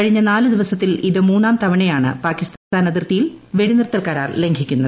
കഴിഞ്ഞ നാല്ദിവസത്തിൽഇത്മൂന്നാംതവണയാണ് പാകിസ്ഥാൻഅതിർത്തിയിൽവെടി നിർത്തൽകരാർലംഘിക്കുന്നത്